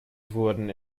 wurden